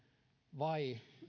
vai